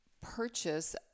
purchase